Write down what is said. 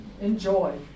enjoy